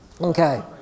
Okay